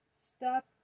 Stop